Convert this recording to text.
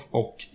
och